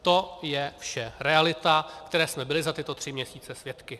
To je vše realita, které jsme byli za tyto tři měsíce svědky.